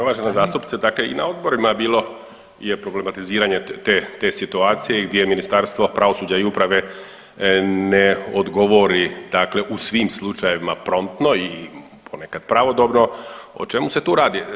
Uvažena zastupnice, dakle i na odborima je bilo je problematiziranje te, te situacije gdje Ministarstvo pravosuđa i uprave ne odgovori dakle u svim slučajevima promptno i ponekad pravodobno, o čemu se tu radi?